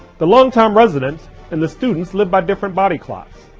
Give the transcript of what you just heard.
the long time residents and the students live by different body clocks.